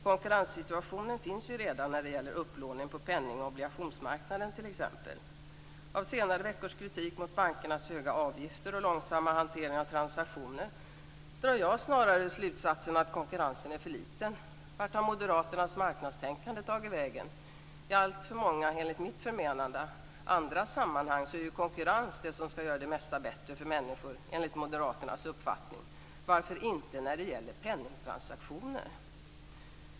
Konkurrens finns ju redan när det gäller upplåning på penning och obligationsmarknaden, t.ex. Av senare veckors kritik mot bankernas höga avgifter och långsamma hantering av transaktioner drar jag snarare slutsatsen att konkurrensen är för liten. Vart har Moderaternas marknadstänkande tagit vägen? I enligt mitt förmenande alltför många andra sammanhang är konkurrens det som Moderaterna anser skall göra det bättre för människor. Varför gäller inte det penningtransaktioner?